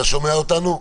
אתה שומע אותנו?